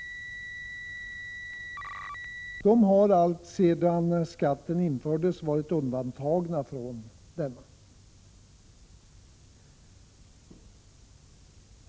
Dessa har alltsedan skatten infördes varit undantagna från denna.